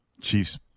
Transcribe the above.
Chiefs